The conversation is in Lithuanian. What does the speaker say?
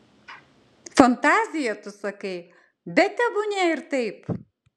fantazija tu sakai bet tebūnie ir taip